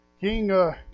King